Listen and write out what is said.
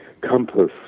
compass